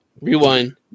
Rewind